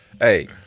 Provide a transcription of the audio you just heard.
Hey